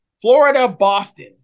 Florida-Boston